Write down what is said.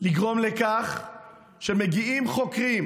לגרום לכך שכשמגיעים חוקרים